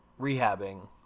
rehabbing